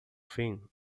fim